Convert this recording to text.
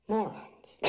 Morons